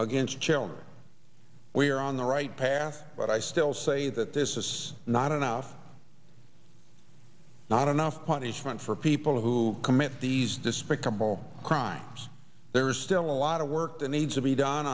against children we are on the right path but i still say that this is not enough not enough punishment for people who commit these despicable crime there is still a lot of work that needs to be done